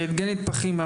דלית פחימה,